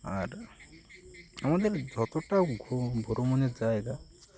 আর আমাদের যতটা ঘু ভ্রমণের জায়গা